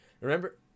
Remember